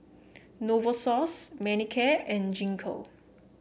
Novosource Manicare and Gingko